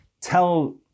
tell